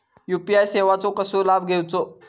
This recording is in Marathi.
यू.पी.आय सेवाचो कसो लाभ घेवचो?